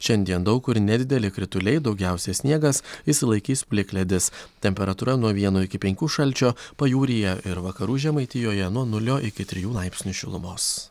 šiandien daug kur nedideli krituliai daugiausia sniegas išsilaikys plikledis temperatūra nuo vieno iki penkių šalčio pajūryje ir vakarų žemaitijoje nuo nulio iki trijų laipsnių šilumos